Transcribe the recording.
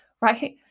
right